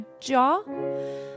jaw